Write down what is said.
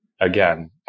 Again